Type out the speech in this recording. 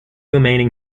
remaining